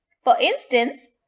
for instance,